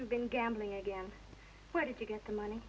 you've been gambling again where did you get the money